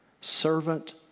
servant